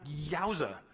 yowza